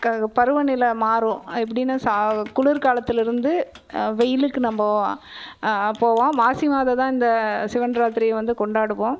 பருவநிலை மாறும் எப்படின்னா குளிர்காலத்துலேருந்து வெயிலுக்கு நம்ம போவோம் மாசி மாதம் தான் இந்த சிவன்ராத்திரியை வந்து கொண்டாடுவோம்